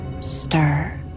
stir